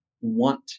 want